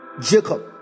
Jacob